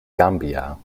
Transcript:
gambia